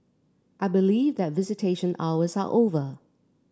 I believe that visitation hours are over